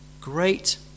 great